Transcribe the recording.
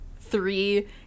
three